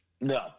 No